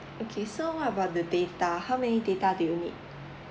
okay so what about the data how many data do you need